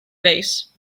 vase